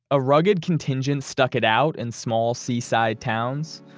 a rugged contingent stuck it out in small seaside towns,